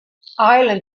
island